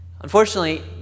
Unfortunately